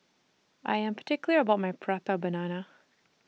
I Am particular about My Prata Banana